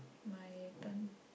my turn